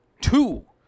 two